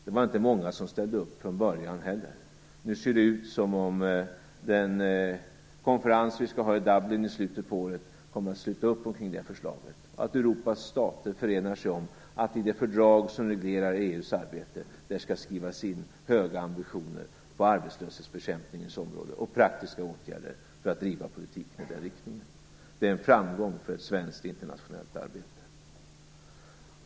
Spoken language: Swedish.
Det var inte många som från början ställde upp bakom en sådan. Nu ser det ut som om den konferens som vi skall ha i Dublin i slutet av året kommer att sluta upp kring detta förslag, dvs. att Europas stater förenar sig om att i det fördrag som reglerar EU:s arbete skall höga ambitioner skrivas in på arbetslöshetsbekämpningens område och praktiska åtgärder för att driva politik i den riktningen. Det är en framgång för ett svenskt internationellt arbete.